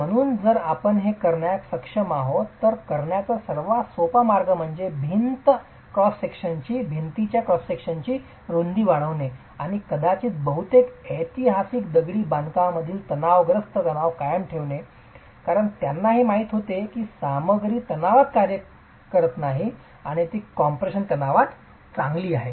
म्हणूनच जर आपण ते करण्यास सक्षम आहोत तर त्या करण्याचा सर्वात सोपा मार्ग म्हणजे भिंत क्रॉस विभागाची रुंदी वाढविणे आणि कदाचित बहुतेक ऐतिहासिक दगडी बांधकामांमागील कारणास्तव तणाव कायम ठेवणे कारण त्यांना हे माहित होते की हे सामग्री तणावात कार्य करत नाही ती कॉम्प्रेशन तणावात चांगली आहे